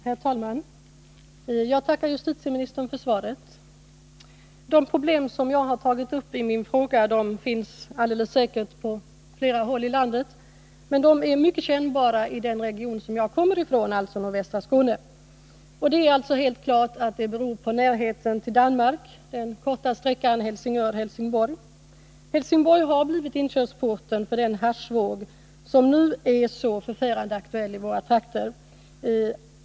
Herr talman! Jag tackar justitieministern för svaret. De problem som jag har tagit upp i min fråga finns alldeles säkert på flera andra håll i landet, men de är mycket kännbara i den region som jag kommer ifrån, alltså nordvästra Skåne. Det står helt klart att orsaken är närheten till Danmark — den korta sträckan mellan Helsingör och Helsingborg. Helsingborg har blivit inkörsporten för den haschvåg som nu är så förfärande aktuell i våra trakter.